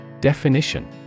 Definition